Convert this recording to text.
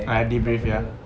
ah debrief ya